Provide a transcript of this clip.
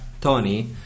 Tony